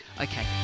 Okay